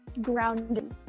grounded